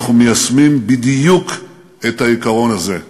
אנחנו מיישמים בדיוק את העיקרון הזה.